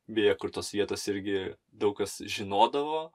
beje kur tos vietos irgi daug kas žinodavo